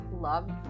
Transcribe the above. love